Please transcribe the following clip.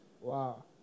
Wow